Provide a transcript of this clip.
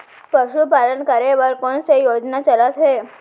पशुपालन करे बर कोन से योजना चलत हे?